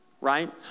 right